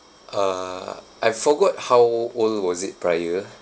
uh I forgot how old was it prior